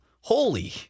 holy